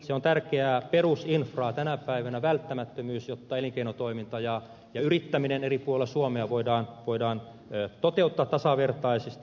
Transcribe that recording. se on tärkeää perusinfraa tänä päivänä välttämättömyys jotta elinkeinotoiminta ja yrittäminen eri puolilla suomea voidaan toteuttaa tasavertaisesti